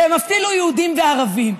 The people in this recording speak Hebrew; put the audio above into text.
והם אפילו יהודים וערבים.